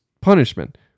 punishment